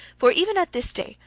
for, even at this day,